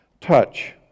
Touch